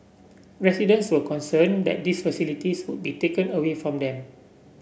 residents were concerned that these facilities would be taken away from them